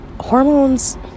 hormones